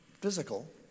physical